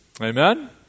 Amen